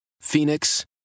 Phoenix